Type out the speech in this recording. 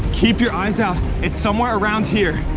keep your eyes out. it's somewhere around here.